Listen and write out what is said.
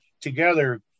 together